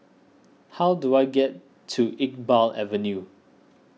how do I get to Iqbal Avenue